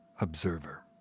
observer